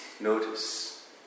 Notice